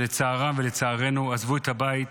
לצערם ולצערנו, עזבו את הבית,